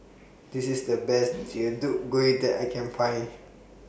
This IS The Best Deodeok Gui that I Can Find